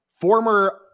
former